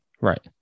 right